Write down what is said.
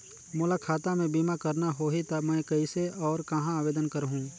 मोला खाता मे बीमा करना होहि ता मैं कइसे और कहां आवेदन करहूं?